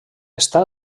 està